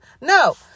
No